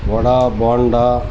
vada Bonda